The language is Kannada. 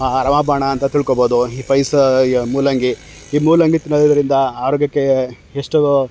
ರಾಮಬಾಣ ಅಂತ ತಿಳ್ಕೊಬೋದು ಈ ಪೈಲ್ಸ್ ಈ ಮೂಲಂಗಿ ಈ ಮೂಲಂಗಿ ತಿನ್ನೋದರಿಂದ ಆರೋಗ್ಯಕ್ಕೆ ಎಷ್ಟು